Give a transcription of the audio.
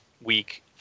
week